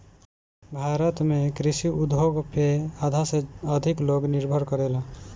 भारत में कृषि उद्योग पे आधा से अधिक लोग निर्भर करेला